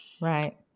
Right